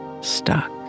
stuck